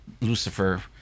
Lucifer